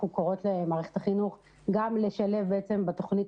אנחנו קוראות למערכת החינוך גם לשלב בתוכנית